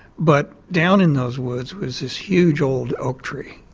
but down in those woods was this huge old oak tree,